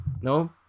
no